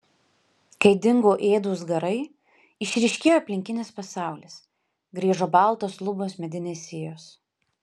kai dingo ėdūs garai išryškėjo aplinkinis pasaulis grįžo baltos lubos medinės sijos